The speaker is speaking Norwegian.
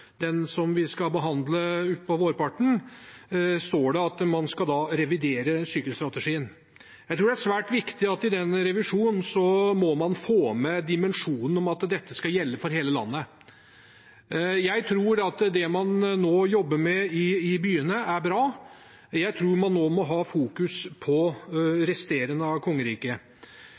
den NTP-en vi skal behandle utpå vårparten, står at man skal revidere sykkelstrategien. Jeg tror det er svært viktig at man i den revisjonen må få med dimensjonen om at dette skal gjelde for hele landet. Jeg tror at det man nå jobber med i byene, er bra. Jeg tror man nå må fokusere på de resterende delene av